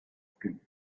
skin